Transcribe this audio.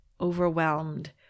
overwhelmed